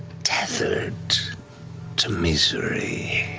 tethered to misery.